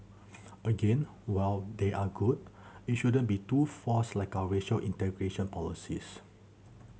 again while they are good it shouldn't be too forced like our racial integration policies